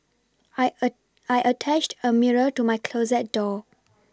I attached a mirror to my closet door